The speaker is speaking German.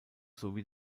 sowie